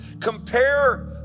Compare